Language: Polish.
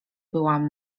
byłam